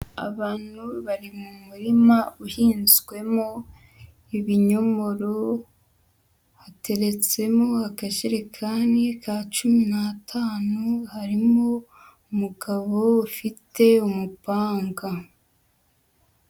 Abantu bari mu murima uhinzwemo ibinyomoro, hateretsemo akajerikani ka cumi n'atanu harimo umugabo ufite umupanga.